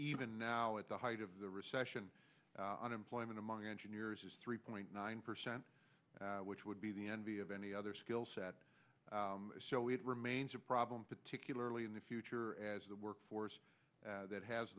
even now at the height of the recession unemployment among engineers is three point nine percent which would be the envy of any other skill set so it remains a problem particularly in the future as the workforce that has